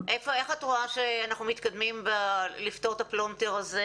איך את רואה שאנחנו מתקדמים לפתור את הפלונטר הזה